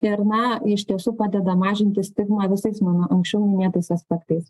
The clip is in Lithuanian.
ir na iš tiesų padeda mažinti stigmą visais mano anksčiau minėtais aspektais